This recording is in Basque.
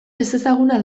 ezezaguna